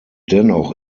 dennoch